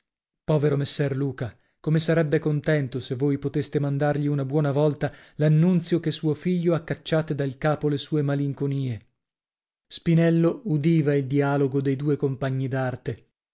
povero messer luca come sarebbe contento se voi poteste mandargli una buona volta l'annunzio che suo figlio ha cacciate dal capo le sue malinconie spinello udiva il dialogo dei due compagni d'arte